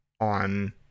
On